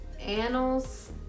Annals